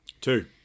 Two